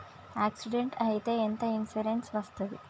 Accident అయితే ఎంత insurance వస్తది?